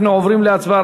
אנחנו עוברים להצבעה,